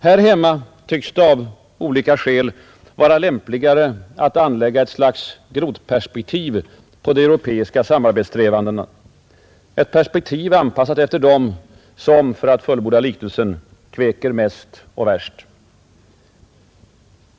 Här hemma tycks det av olika skäl vara lämpligare att anlägga ett slags grodperspektiv på de europeiska samarbetssträvandena, ett perspektiv anpassat efter dem som, för att fullborda liknelsen, kväker mest och värst.